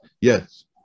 Yes